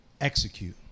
Execute